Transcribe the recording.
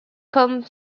come